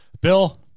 Bill